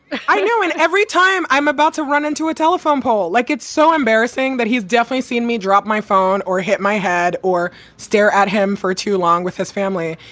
i know. and every time i'm about to run into a telephone pole, like, it's so embarrassing that he's definitely seen me drop my phone or hit my head or stare at him for too long with his family.